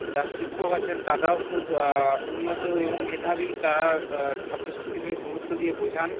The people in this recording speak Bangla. যা শিক্ষক আছেন তাতাও খুব উন্নত এবং মেধাবী তারা ছাত্র ছাত্রীদের গুরুত্ব দিয়ে বোঝান